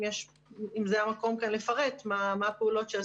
זה המקום כאן לפרט מה הפעולות שעשינו.